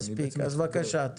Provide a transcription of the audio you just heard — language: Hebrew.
בבקשה.